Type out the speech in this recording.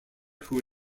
who